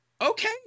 Okay